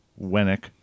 Wenick